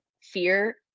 fear